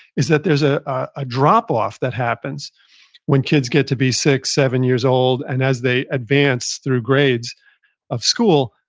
is that there's a ah drop off that happens when kids get to be six, seven-years-old and as they advance through grades of school,